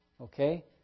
okay